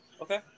Okay